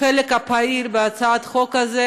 פעיל בהצעת החוק הזאת.